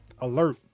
alert